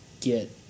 get